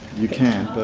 you can, but.